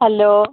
hello